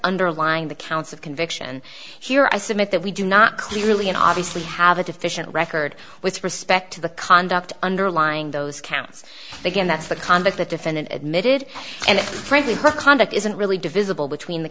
underlying the counts of conviction here i submit that we do not clearly and obviously have a deficient record with respect to the conduct underlying those counts again that's the conduct that defendant admitted and frankly her conduct isn't really divisible between the